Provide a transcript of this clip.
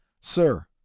Sir